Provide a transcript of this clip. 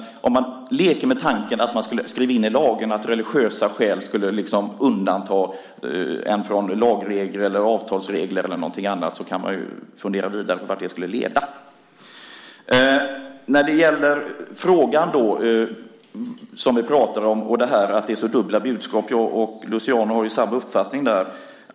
Men om man leker med tanken att man skulle skriva in i lagen att religiösa skäl skulle undanta en från lagregler eller avtalsregler eller något annat kan man fundera vidare på vart det skulle leda. När det gäller frågan som vi pratar om och att det är så dubbla budskap har jag och Luciano samma uppfattning där.